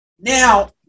Now